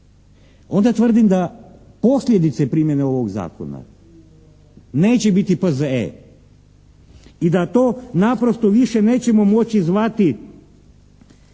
onda tvrdim da posljedice primjene ovog zakona neće biti P.Z.E. i da to naprosto više nećemo moći zvati